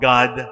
God